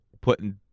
putting